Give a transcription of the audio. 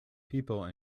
people